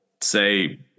say